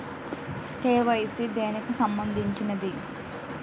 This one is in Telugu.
కే.వై.సీ దేనికి సంబందించింది?